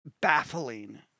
baffling